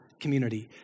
community